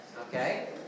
Okay